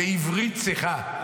בעברית צחה.